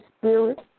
Spirit